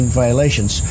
violations